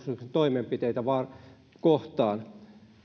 toimenpiteitä kohtaan